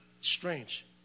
Strange